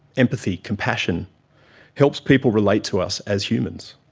empathy, compassion helps people relate to us as humans.